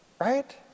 right